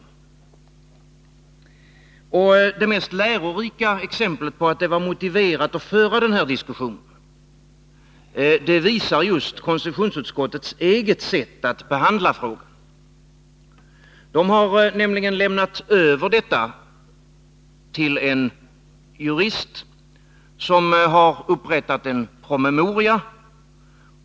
Det mest lärorika exemplet på att det är motiverat att föra den här diskussionen utgör just konstitutionsutskottets eget sätt att behandla frågan. Utskottet har nämligen lämnat över detta ärende till en jurist, som har upprättat en promemoria.